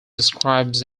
describes